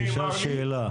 אני אשאל שאלה,